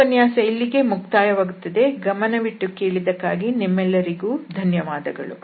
ಈ ಉಪನ್ಯಾಸ ಇಲ್ಲಿಗೆ ಮುಕ್ತಾಯವಾಗುತ್ತದೆ ಗಮನವಿಟ್ಟು ಕೇಳಿದ್ದಕ್ಕಾಗಿ ನಿಮ್ಮೆಲ್ಲರಿಗೂ ಧನ್ಯವಾದಗಳು